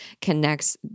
connects